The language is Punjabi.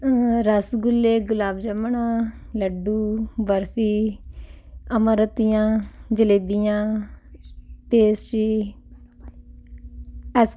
ਰਸਗੁੱਲੇ ਗੁਲਾਬ ਜਾਮਣ ਲੱਡੂ ਬਰਫੀ ਅੰਮ੍ਰਿਤੀਆਂ ਜਲੇਬੀਆਂ ਟੇਸਟੀ ਐਸ